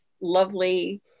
lovely